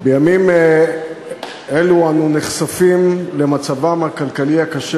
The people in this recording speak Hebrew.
בימים אלו אנו נחשפים למצבם הכלכלי הקשה